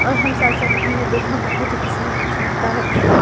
और हम साथ साथ हमें देखना बहुत ही पसन्द अच्छा लगता है अच्छा लगता है